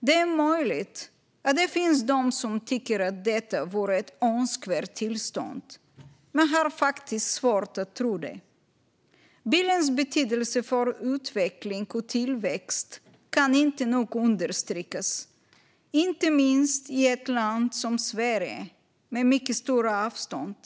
Det är möjligt det finns de som tycker att detta vore ett önskvärt tillstånd, men jag har faktiskt svårt att tro det. Bilens betydelse för utveckling och tillväxt kan inte nog understrykas, inte minst i ett land som Sverige med mycket stora avstånd.